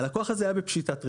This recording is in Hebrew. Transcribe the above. הלקוח הזה היה בפשיטת רגל,